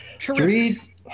three